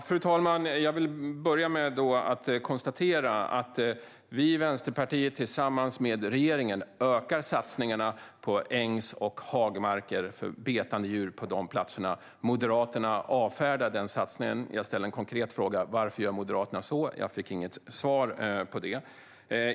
Fru talman! Jag vill börja med att konstatera att vi i Vänsterpartiet tillsammans med regeringen ökar satsningarna på ängs och hagmarker för betande djur. Moderaterna avfärdar den satsningen. Jag ställde en konkret fråga om varför Moderaterna gör så men fick inget svar.